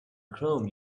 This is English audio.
chrome